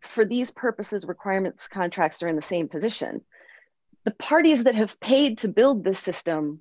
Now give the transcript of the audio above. for these purposes requirements contracts are in the same position the parties that have paid to build the system